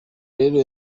rero